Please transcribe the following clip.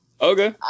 Okay